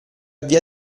via